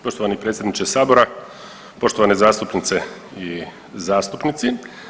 Poštovani predsjedniče sabora, poštovane zastupnice i zastupnici.